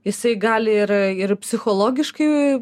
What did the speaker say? jisai gali ir ir psichologiškai